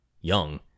young